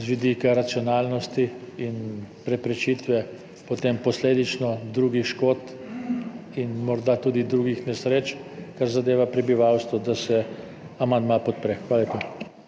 z vidika racionalnosti in preprečitve posledično drugih škod in morda tudi drugih nesreč, kar zadeva prebivalstvo, da se amandma podpre. Hvala lepa.